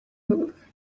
move